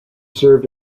served